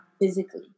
physically